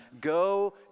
go